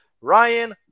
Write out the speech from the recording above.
Ryan